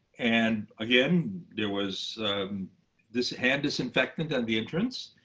and again, there was this hand disinfectant on the entrance.